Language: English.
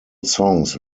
songs